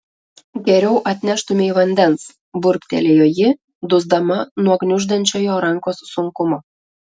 geriau atneštumei vandens burbtelėjo ji dusdama nuo gniuždančio jo rankos sunkumo